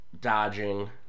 dodging